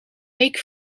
week